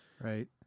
right